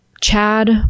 Chad